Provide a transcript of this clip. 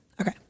okay